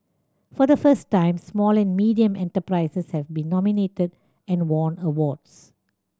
for the first time small and medium enterprises have been nominated and won awards